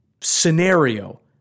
scenario